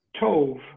Tove